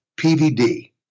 PVD